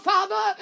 Father